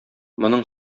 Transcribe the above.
моның